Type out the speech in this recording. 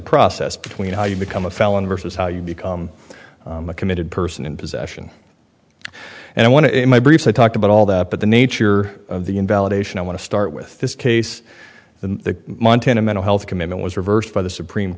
process between how you become a felon versus how you become a committed person in possession and i want to in my briefs i talked about all that but the nature of the invalidation i want to start with this case the montana mental health commitment was reversed by the supreme